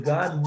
God